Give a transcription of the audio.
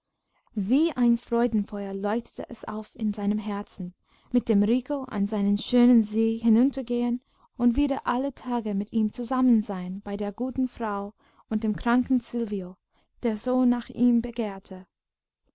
wie ein freudenfeuer leuchtete es auf in seinem herzen mit dem rico an seinen schönen see hinuntergehen und wieder alle tage mit ihm zusammensein bei der guten frau und dem kranken silvio der so nach ihm begehrte